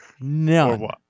No